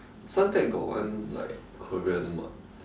Suntec got one like Korean mart